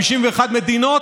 על ידי 51 מדינות,